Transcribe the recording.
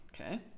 Okay